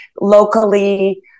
locally